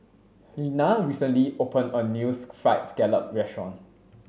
Helena recently opened a new fried scallop restaurant